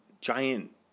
giant